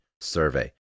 survey